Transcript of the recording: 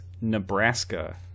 Nebraska